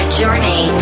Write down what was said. journey